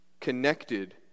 connected